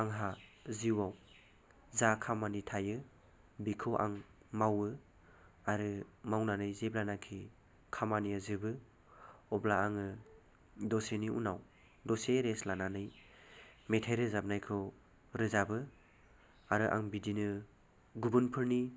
आंहा जिउआव जा खामानि थायो बिखौ आं मावो आरो मावनानै जेब्लानोखि खामानिआ जोबो अब्ला आङो दसेनि उनाव दसे रेस लानानै मेथाइ रोजाबनायखौ रोजाबो आरो आं बिदिनो गुबुनफोरनि